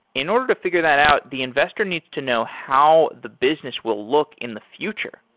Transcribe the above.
in order to figure that out, the investor needs to know how the business will look in the future,